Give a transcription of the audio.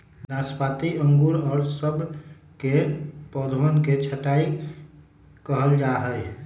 नाशपाती अंगूर और सब के पौधवन के छटाई कइल जाहई